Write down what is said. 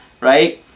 right